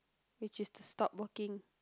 which is to stop working